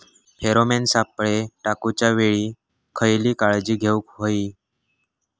Pheromone सापळे टाकूच्या वेळी खयली काळजी घेवूक व्हयी?